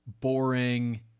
boring